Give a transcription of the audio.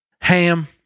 Ham